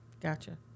Gotcha